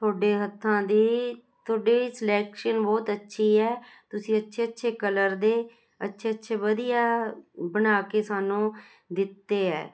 ਤੁਹਾਡੇ ਹੱਥਾਂ ਦੀ ਤੁਹਾਡੀ ਸਿਲੈਕਸ਼ਨ ਬਹੁਤ ਅੱਛੀ ਹੈ ਤੁਸੀਂ ਅੱਛੇ ਅੱਛੇ ਕਲਰ ਦੇ ਅੱਛੇ ਅੱਛੇ ਵਧੀਆ ਬਣਾ ਕੇ ਸਾਨੂੰ ਦਿੱਤੇ ਹੈ